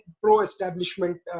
pro-establishment